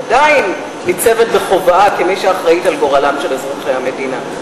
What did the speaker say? היא עדיין ניצבת בכובעה כמי שאחראית לגורלם של אזרחי המדינה.